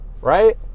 Right